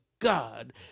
God